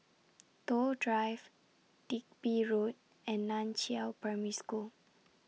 Toh Drive Digby Road and NAN Chiau Primary School